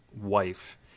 wife